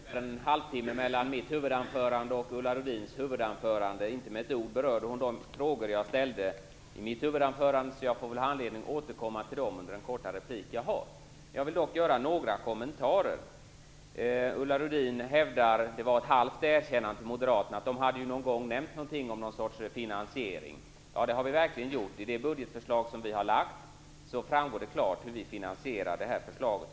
Herr talman! Det gick ungefär en halvtimme mellan mitt huvudanförande och Ulla Rudins. Inte med ett ord berörde hon de frågor som jag ställde i mitt huvudanförande, så jag får anledning att återkomma till dem i den korta replik som jag får. Jag vill dock göra några kommentarer. Ulla Rudin hävdar - det var ett halvt erkännande till moderaterna - att moderaterna någon gång nämnt om någon sorts finansiering. Det har vi verkligen gjort. Av det budgetförslag som vi har lagt fram framgår det klart hur vi vill finansiera förslaget.